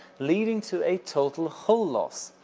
leading to a total hull loss.